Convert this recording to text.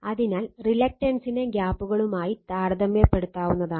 അതിനാൽ റീല്ക്ടൻസിനെ ഗ്യാപ്പുകളുമായി താരതമ്യപ്പെടുത്താവുന്നതാണ്